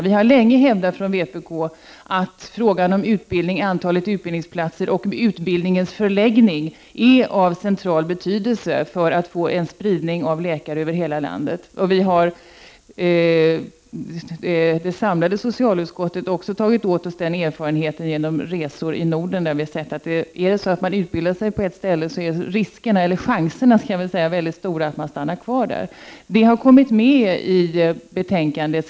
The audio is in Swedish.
Vi har länge från vpk:s sida hävdat att frågan om antalet utbildningsplatser och utbildningens förläggning är av central betydelse för att få till stånd en spridning av läkare över hela landet. Vi har i det samlade socialutskottet tagit åt oss den erfarenheten genom resor i Norden. Vi har då sett att chanserna är stora att man stannar kvar på de ställen där man utbildat sig. Det har kommit med i skrivningen i betänkandet.